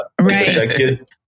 right